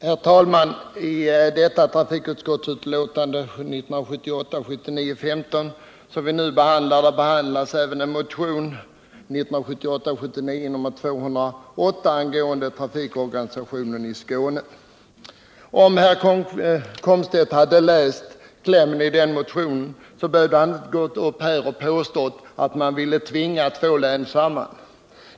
Herr talman! I trafikutskottets betänkande 1978 79:208 angående trafikorganisationen i Skåne. Om herr Komstedt hade läst klämmen i den motionen, hade han inte behövt gå upp här och påstå att man ville tvinga två län samman.